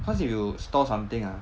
cause if you store something ah